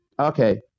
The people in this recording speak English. Okay